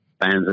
fans